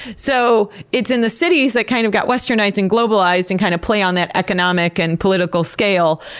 so it's in the cities that kind of got westernized and globalized and kind of play on that economic and political scale.